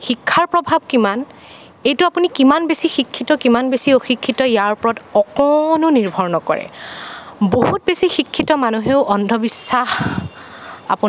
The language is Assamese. শিক্ষাৰ প্ৰভাৱ কিমান এইটো আপুনি কিমান বেছি শিক্ষিত কিমান বেছি অশিক্ষিত ইয়াৰ ওপৰত অকণো নিৰ্ভৰ নকৰে বহুত বেছি শিক্ষিত মানুহেও অন্ধবিশ্বাস